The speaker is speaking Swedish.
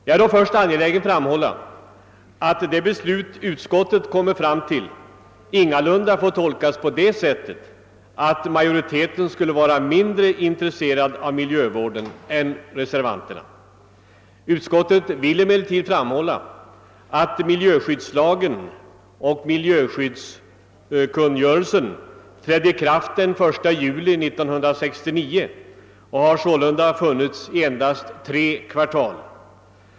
Jag är då först angelägen om att framhålla, att utskottets förslag ingalunda får tolkas så, att majoriteten skulle vara mindre intresserad än reservanterna av miljövård. Utskottet vill emellertid betona att miljöskyddslagen och miljöskyddskungörelsen trädde i kraft den 1 juli 1969 och sålunda endast har varit gällande i tre kvartal.